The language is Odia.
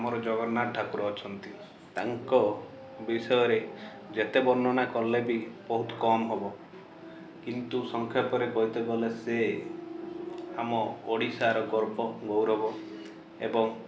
ଆମର ଜଗନ୍ନାଥ ଠାକୁର ଅଛନ୍ତି ତାଙ୍କ ବିଷୟରେ ଯେତେ ବର୍ଣ୍ଣନା କଲେ ବି ବହୁତ କମ୍ ହବ କିନ୍ତୁ ସଂକ୍ଷେପରେ କହିତେ ଗଲେ ସେ ଆମ ଓଡ଼ିଶାର ଗର୍ବ ଗୌରବ ଏବଂ